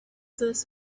this